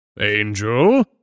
Angel